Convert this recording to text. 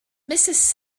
mrs